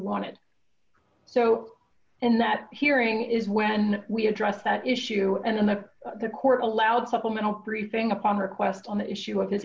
wanted so in that hearing is when we address that issue and that the court allowed supplemental briefing upon request on the issue of this